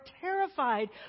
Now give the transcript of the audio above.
terrified